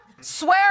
swear